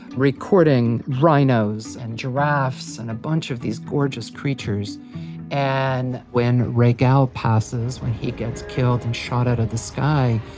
recording rhinos and giraffes and a bunch of these gorgeous creatures and, when rhaegal passes, when he gets killed and shot out of the sky,